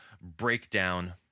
breakdown